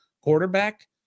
quarterback